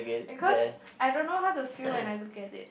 because I don't know how to feel when I look at it